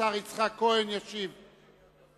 השר יצחק כהן ישיב למתווכחים.